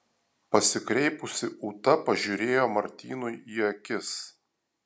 pasikreipusi ūta pažiūrėjo martynui į akis